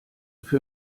für